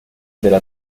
delle